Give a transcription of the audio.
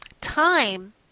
Time